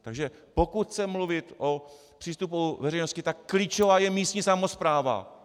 Takže pokud chce mluvit o přístupu veřejnosti, tak klíčová je místní samospráva.